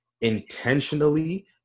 intentionally